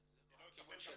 זה לא הכיוון.